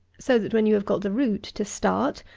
so that, when you have got the root to start,